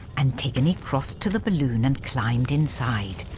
antigone crossed to the balloon and climbed inside.